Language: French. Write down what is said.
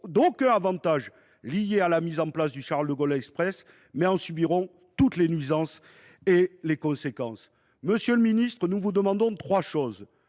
d’aucun des avantages liés à la mise en ligne du Charles de Gaulle Express, mais en subiront toutes les nuisances et les conséquences. Monsieur le ministre, nous vous demandons trois choses.